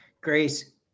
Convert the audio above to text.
Grace